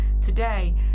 today